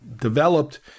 developed